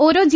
ഓരോ ജി